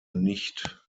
nicht